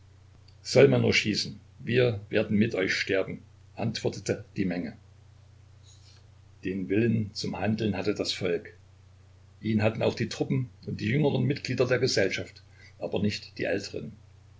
soll man nur schießen wir werden mit euch sterben antwortete die menge den willen zum handeln hatte das volk ihn hatten auch die truppen und die jüngeren mitglieder der gesellschaft aber nicht die älteren